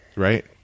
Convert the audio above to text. Right